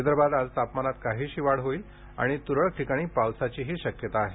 विदर्भात आज तापमानात काहीशी वाढ होईल आणि तुरळक ठिकाणी पावसाचीही शक्यता आहे